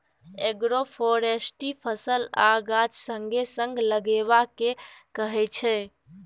agroforestry फसल आ गाछ संगे संग लगेबा केँ कहय छै